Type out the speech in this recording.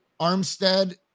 Armstead